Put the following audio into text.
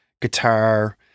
guitar